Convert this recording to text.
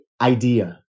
idea